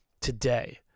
today